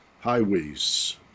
highways